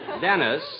Dennis